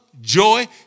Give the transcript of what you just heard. joy